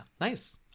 nice